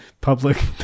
public